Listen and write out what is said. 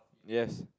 yes